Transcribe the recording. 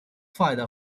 father